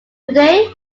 today